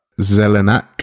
Zelenak